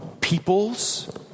people's